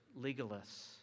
legalists